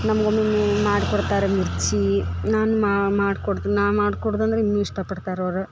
ನಮ್ಗ ಒಮ್ಮೊಮ್ಮೆ ಮಾಡ್ಕೊಡ್ತಾರ ಮಿರ್ಚೀ ನಾನು ಮಾಡಿ ಕೊಡ್ತೆ ನಾ ಮಾಡಿ ಕೊಡುದಂದ್ರ ಇನ್ನು ಇಷ್ಟಪಡ್ತಾರೆ ಅವ್ರ